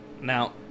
Now